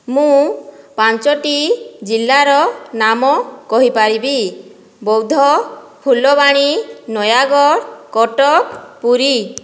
ମୁଁ ପଞ୍ଚୋଟି ଜିଲ୍ଲାର ନାମ କହିପାରିବି ବୌଦ୍ଧ ଫୁଲବାଣୀ ନୟାଗଡ଼ କଟକ ପୁରୀ